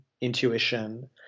intuition